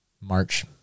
March